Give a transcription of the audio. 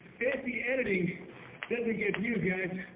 fancy editing doesn't get views guys.